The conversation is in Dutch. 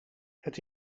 het